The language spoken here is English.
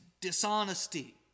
dishonesty